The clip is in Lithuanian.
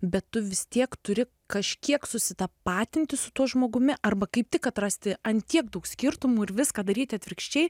bet tu vis tiek turi kažkiek susitapatinti su tuo žmogumi arba kaip tik atrasti ant tiek daug skirtumų ir viską daryti atvirkščiai